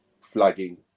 flagging